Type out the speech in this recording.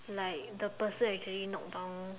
like the person actually knock down